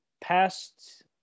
past